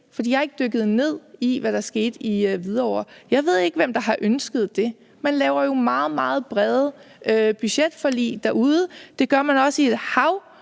jeg har ikke dykket ned i, hvad der skete i Hvidovre, hvem der har ønsket det der. Man laver jo meget, meget brede budgetforlig derude, og det gør man også i et hav